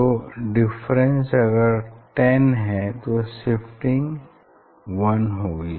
तो डिफरेंस अगर 10 है तो शिफ्टिंग 1 होगी